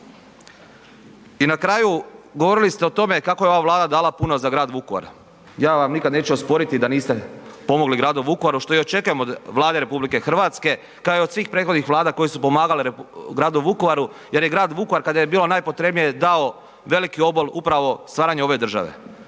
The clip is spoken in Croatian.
I na kraju govorili ste o tome kako je ova Vlada dala puno za grad Vukovar, ja vam nikada neću osporiti da niste pomogli gradu Vukovaru što i očekujem od Vlade RH kao i od svih prethodnih vlada koje su pomagale gradu Vukovaru jer je grad Vukovar kada je bilo najpotrebnije dao veliki obol upravo stvaranju ove države